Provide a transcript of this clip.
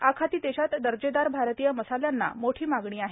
आखाती देशात दर्जेदार भारतीय मसाल्यांना मोठी मागणी आहे